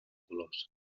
colors